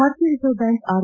ಭಾರತೀಯ Reserve Bank R